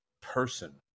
person